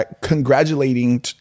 congratulating